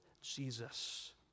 jesus